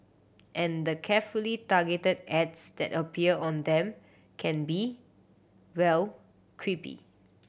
and the carefully targeted ads that appear on them can be well creepy